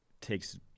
takes